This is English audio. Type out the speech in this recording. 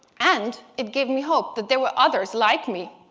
and it gave me hope that there were others like me.